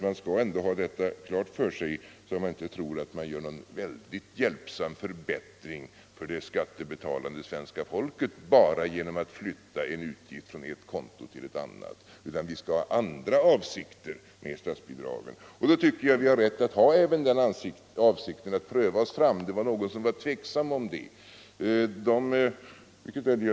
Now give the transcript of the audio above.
Man skall ändå ha detta klart för sig så att man inte tror att man gör någon väldigt hjälpsam förbättring för det skattebetalande svenska folket bara genom att flytta en utgift från ett konto till ett annat. Vi skall ha andra avsikter med statsbidragen. Då bör vi ha rätt även till den avsikten att pröva oss fram. Någon var tveksam om detta.